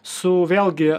su vėlgi